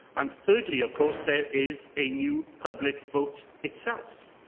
um thirdly, of course, there is a new public vote itself.